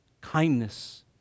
kindness